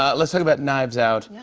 ah let's talk about knives out. yeah.